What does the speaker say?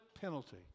penalty